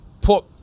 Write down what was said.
put